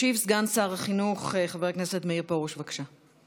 ישיב סגן שר החינוך חבר הכנסת מאיר פרוש, בבקשה.